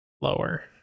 Lower